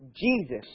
Jesus